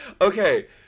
Okay